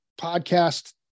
podcast